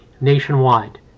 nationwide